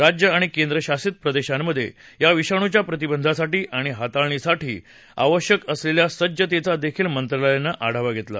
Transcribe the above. राज्य आणि केंद्रशासित प्रदेशांमध्ये या विषाणूच्या प्रतिबंधासाठी आणि हाताळणीसाठी आवश्यक असलेल्या सज्जतेचा देखील मंत्रालयानं आढावा घेतला